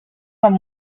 from